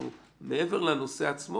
מעבר לנושא עצמו,